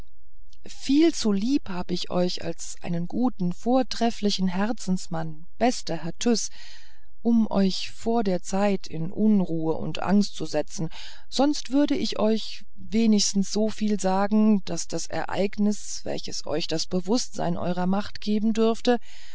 viel zu lieb hab ich euch als einen guten vortrefflichen herzensmann bester herr tyß um euch vor der zeit in unruhe und angst zu setzen sonst würde ich euch wenigstens so viel sagen daß das ereignis welches euch das bewußtsein eurer macht geben dürfte